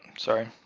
sorry.